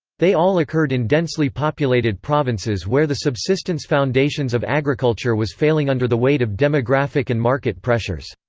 they all occurred in densely populated provinces where the subsistence foundations of agriculture was failing under the weight of demographic and market pressures.